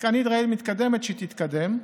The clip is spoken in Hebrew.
מתקדמת, מתקדמת,